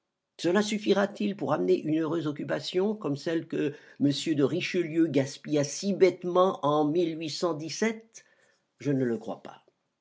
cela suffira-t-il pour amener une heureuse occupation comme celle que m de richelieu gaspilla si bêtement en je ne le crois pas